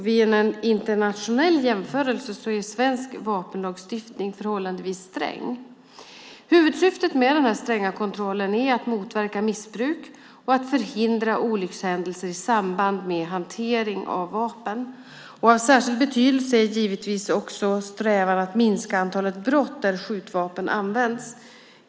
Vid en internationell jämförelse är den svenska vapenlagstiftningen förhållandevis sträng. Huvudsyftet med den stränga kontrollen är att motverka missbruk och att förhindra olyckshändelser i samband med hanteringen av vapen. Av särskild betydelse är givetvis också strävan att minska antalet brott där skjutvapen används.